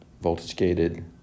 voltage-gated